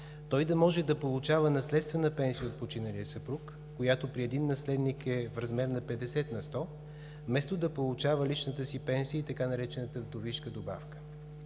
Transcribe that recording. той да може да получава наследствена пенсия от починалия съпруг, която при един наследник е в размер на 50 на сто, вместо да получава личната си пенсия и така наречената „вдовишка добавка“.